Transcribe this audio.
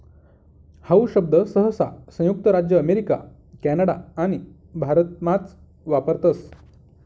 how शब्द सहसा संयुक्त राज्य अमेरिका कॅनडा आणि भारतमाच वापरतस